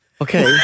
okay